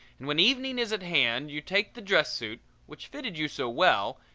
and when evening is at hand you take the dress-suit, which fitted you so well,